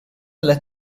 let